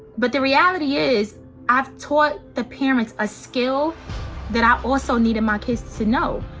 but the reality is i've taught the parents a skill that i also needed my kids to know,